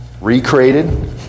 recreated